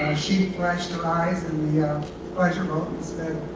she flashed her eyes in the um pleasure boat and said,